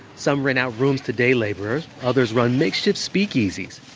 some rent out rooms to day laborers, others run makeshift speakeasies.